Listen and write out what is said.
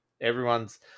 Everyone's